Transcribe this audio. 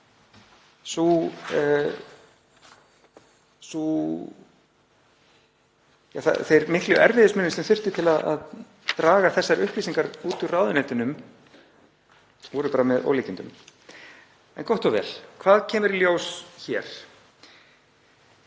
ára. Þeir miklu erfiðismunir sem þurftu til að draga þessar upplýsingar út úr ráðuneytunum voru bara með ólíkindum. En gott og vel. Hvað kemur í ljós hér?